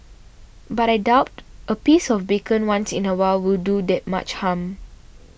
but I doubt a piece of bacon once in a while will do that much harm